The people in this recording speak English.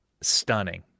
stunning